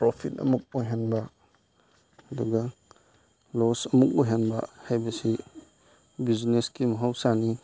profit ꯑꯃꯨꯛ ꯑꯣꯏꯍꯟꯕ ꯑꯗꯨꯒ ꯂꯣꯁ ꯑꯃꯨꯛ ꯑꯣꯏꯍꯟꯕ ꯍꯥꯏꯕꯁꯤ ꯕꯤꯖꯤꯅꯦꯁꯀꯤ ꯃꯍꯧꯁꯥꯅꯤ